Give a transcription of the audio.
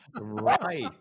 Right